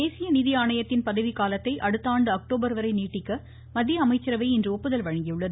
தேசிய நிதி ஆணையத்தின் பதவிக்காலத்தை அடுத்த ஆண்டு அக்டோபர்வரை நீட்டிக்க மத்தியஅமைச்சரவை இன்று ஒப்புதல் வழங்கியுள்ளது